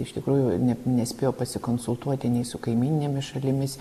iš tikrųjų net nespėjo pasikonsultuoti nei su kaimyninėmis šalimis